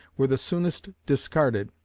were the soonest discarded,